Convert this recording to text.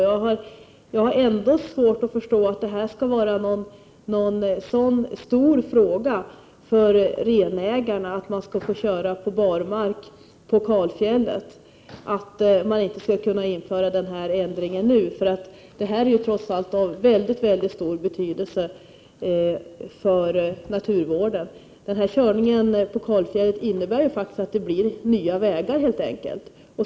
Jag har ändå svårt att förstå att frågan om renägarnas rätt att få köra på barmark på kalfjället skall vara så svår att man inte skulle kunna genomföra denna ändring nu. Det här är trots allt av mycket stor betydelse för naturvården. Körningen på kalfjället innebär helt enkelt att det blir nya vägar.